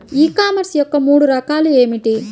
ఈ కామర్స్ యొక్క మూడు రకాలు ఏమిటి?